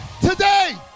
Today